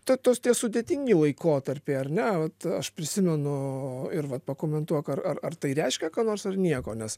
to tos tie sudėtingi laikotarpiai ar ne vat aš prisimenu ir vat pakomentuok ar ar tai reiškia ką nors ar nieko nes